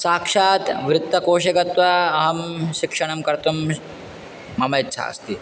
साक्षात् वित्तकोषं गत्वा अहं शिक्षणं कर्तुं मम इच्छा अस्ति